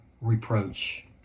reproach